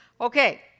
Okay